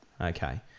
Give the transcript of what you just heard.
Okay